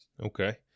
Okay